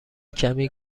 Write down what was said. کمی